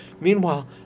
meanwhile